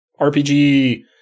RPG